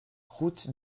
route